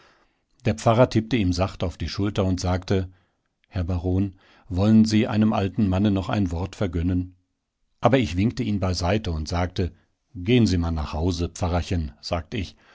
der pfarrer tippte ihm sacht auf die schulter und sagte herr baron wollen sie einem alten manne noch ein wort vergönnen aber ich winkte ihn beiseite und sagte gehn sie man nach hause pfarrerchen sagt ich